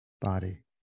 body